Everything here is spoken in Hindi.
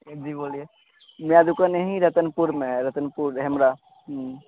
हाँ जी बोलिए बैदको नहीं रतनपुर में हैं रतनपुर हेमराह